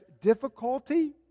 difficulty